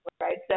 right